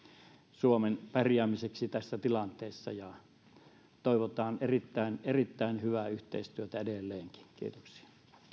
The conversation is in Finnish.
suomen pärjäämiseksi tässä tilanteessa toivotaan erittäin erittäin hyvää yhteistyötä edelleenkin kiitoksia